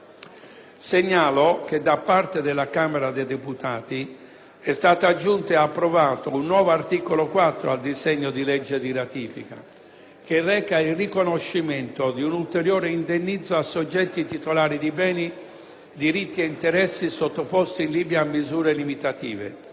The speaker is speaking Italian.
Segnalo che da parte della Camera dei deputati è stato aggiunto e approvato un nuovo articolo 4 al disegno di legge di ratifica che reca il riconoscimento di un ulteriore indennizzo a soggetti titolari di beni, diritti e interessi sottoposti in Libia a misure limitative.